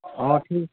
অঁ ঠিক